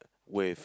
with